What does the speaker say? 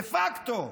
דה פקטו,